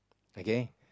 okay